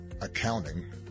accounting